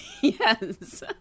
Yes